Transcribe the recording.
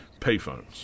payphones